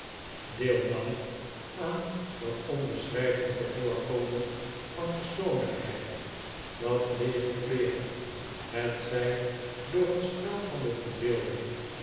kleedingstuk deelnam aan dat onbeschrijfelijke voorkomen van persoonlijkheid dat leege kleeren hetzij door een spel van de verbeelding